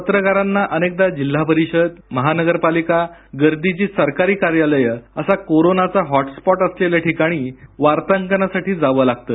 पत्रकारांना अनेकदा जिल्हा परिषद महानगरपालिका गर्दीची सरकारी कार्यालयं असा कोरोनाचा हॉटस्पॉट असलेल्या ठिकाणी वार्तांकनासाठी जावं लागतं